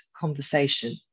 conversation